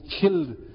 killed